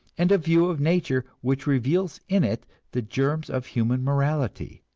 and a view of nature which reveals in it the germs of human morality.